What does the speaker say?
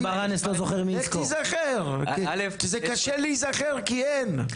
זה קשה להיזכר כי אין.